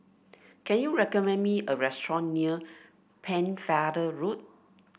can you recommend me a restaurant near Pennefather Road